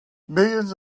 millions